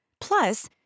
Plus